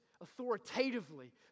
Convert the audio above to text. authoritatively